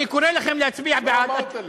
אני קורא לכם להצביע בעד.